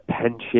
pension